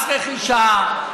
מס רכישה,